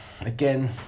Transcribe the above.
again